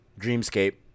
Dreamscape